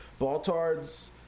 Baltards